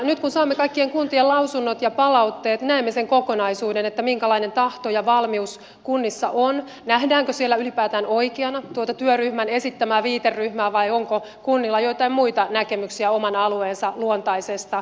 nyt kun saamme kaikkien kuntien lausunnot ja palautteet näemme sen kokonaisuuden minkälainen tahto ja valmius kunnissa on nähdäänkö siellä ylipäätään oikeana tuota työryhmän esittämää viiteryhmää vai onko kunnilla joitain muita näkemyksiä oman alueensa luontaisesta yhteistyöstä